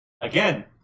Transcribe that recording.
Again